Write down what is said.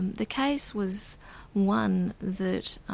the case was one that